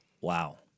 Wow